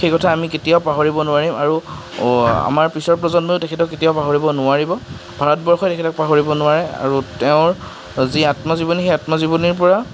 সেই কথা আমি কেতিয়াও পাহৰিব নোৱাৰিম আৰু আমাৰ পিছৰ প্ৰজন্মইও তেখেতক কেতিয়াও পাহৰিব নোৱাৰিব ভাৰতবৰ্ষই তেখেতক পাহৰিব নোৱাৰে আৰু তেওঁৰ যি আত্মজীৱনী সেই আত্মজীৱনীৰ পৰা